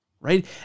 right